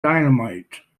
dynamite